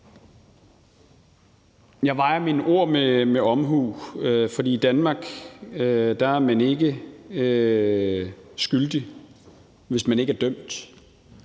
Jeg vejer mine ord med omhu, for i Danmark er man ikke skyldig, hvis man ikke er dømt.